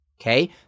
Okay